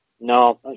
No